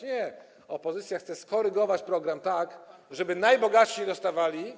Nie, opozycja chce skorygować program, tak żeby najbogatsi nie dostawali.